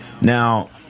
Now